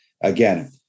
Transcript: Again